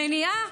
מניעה,